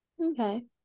Okay